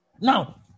Now